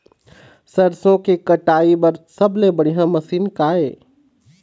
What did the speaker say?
सरसों के कटाई बर सबले बढ़िया मशीन का ये?